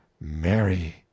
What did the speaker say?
Mary